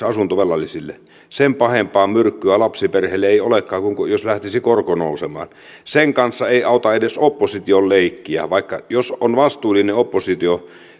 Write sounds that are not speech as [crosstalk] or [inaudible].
[unintelligible] asuntovelallisille sen pahempaa myrkkyä lapsiperheille ei olekaan kuin kuin jos lähtisi korko nousemaan sen kanssa ei auta edes opposition leikkiä jos on vastuullinen oppositio